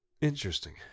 Interesting